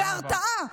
והרתעה,